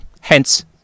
hence